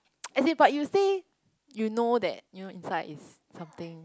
is about you say you know that you know inside is something